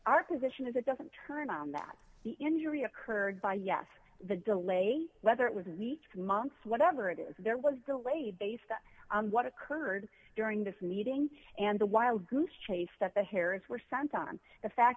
our position is it doesn't turn out that the injury occurred by yes the delay whether it was leaked months whatever it is there was delayed based on what occurred during this meeting and the wild goose chase that the hairs were sent on the fact